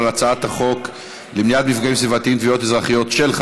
על הצעת חוק למניעת מפגעים סביבתיים (תביעות אזרחיות) (תיקון,